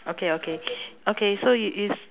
okay okay okay so you is